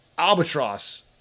albatross